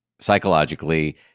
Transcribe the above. psychologically